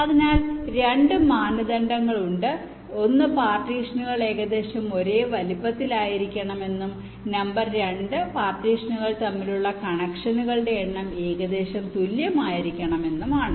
അതിനാൽ 2 മാനദണ്ഡങ്ങളുണ്ട് ഒന്ന് പാർട്ടീഷനുകൾ ഏകദേശം ഒരേ വലുപ്പത്തിലായിരിക്കണമെന്നും നമ്പർ 2 പാർട്ടീഷനുകൾ തമ്മിലുള്ള കണക്ഷനുകളുടെ എണ്ണം ഏകദേശം തുല്യമായിരിക്കണമെന്നും ആണ്